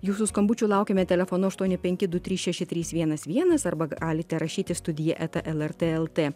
jūsų skambučių laukiame telefonu aštuoni penki du trys šeši trys vienas vienas arba galite rašyti studija eta lrt lt